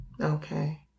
Okay